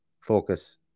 focus